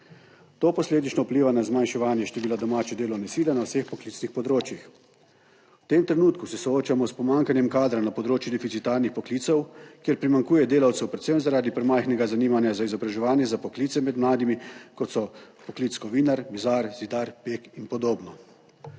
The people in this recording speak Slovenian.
To posledično vpliva na zmanjševanje števila domače delovne sile na vseh poklicnih področjih. V tem trenutku se soočamo s pomanjkanjem kadra na področju deficitarnih poklicev, kjer primanjkuje delavcev predvsem **38. TRAK: (SC) – 16.05** (nadaljevanje) zaradi premajhnega zanimanja za izobraževanje za poklice med mladimi, kot so poklic kovinar, mizar, zidar, pek in podobno.